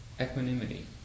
equanimity